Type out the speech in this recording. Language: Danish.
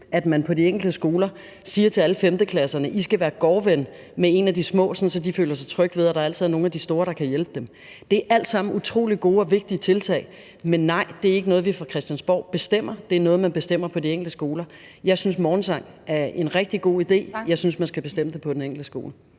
at man på de enkelte skoler siger til alle 5. klasserne, at de skal være gårdven med en af de små, sådan at de altså føler sig trygge ved, at der er nogle af de store, der kan hjælpe dem. Det er alt sammen utrolig gode og vigtige tiltag – men nej, det er ikke noget, som vi fra Christiansborg bestemmer; det er noget, man bestemmer på de enkelte skoler. Jeg synes, at morgensang er en rigtig god idé. Jeg synes, at man skal bestemme det på den enkelte skole.